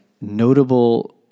notable